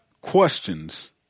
questions